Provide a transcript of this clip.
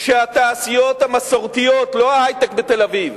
כשהתעשיות המסורתיות, לא ההיי-טק בתל-אביב,